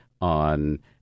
on